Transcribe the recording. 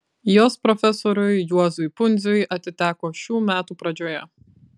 jos profesoriui juozui pundziui atiteko šių metų pradžioje